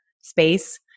space